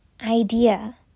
idea